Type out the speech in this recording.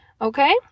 Okay